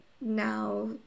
now